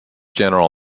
general